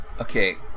Okay